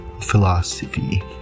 philosophy